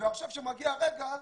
ועכשיו כשמגיע הרגע אומרים: